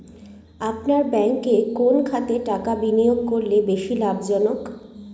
আপনার ব্যাংকে কোন খাতে টাকা বিনিয়োগ করলে বেশি লাভজনক?